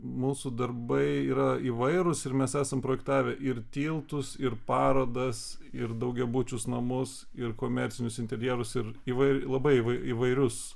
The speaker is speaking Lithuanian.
mūsų darbai yra įvairūs ir mes esam projektavę ir tiltus ir parodas ir daugiabučius namus ir komercinius interjerus ir įvairiai labai įvai įvairius